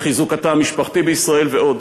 לחיזוק התא המשפחתי בישראל ועוד.